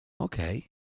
Okay